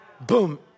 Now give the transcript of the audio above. Boom